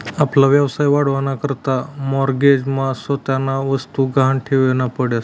आपला व्यवसाय वाढावा ना करता माॅरगेज मा स्वतःन्या वस्तु गहाण ठेवन्या पडतीस